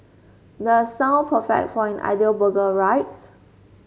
does sound perfect for an ideal burger right